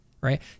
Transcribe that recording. right